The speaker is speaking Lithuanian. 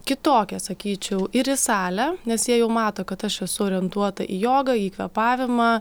kitokie sakyčiau ir į salę nes jie jau mato kad aš esu orientuota į jogą į kvėpavimą